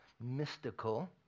mystical